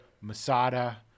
Masada